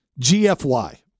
Gfy